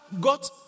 got